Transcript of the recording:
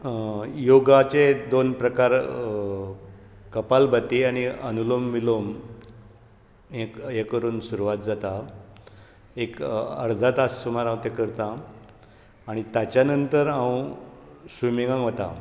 योगाचे दोन प्रकार कपालभाती आनी अनुलोम विलोम ये ये करून सुरवात जाता एक अर्धा तास सुमार हांव तें करता आनी ताच्या नंतर हांव स्विमीगांक वता